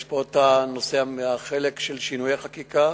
יש פה החלק של שינויי חקיקה,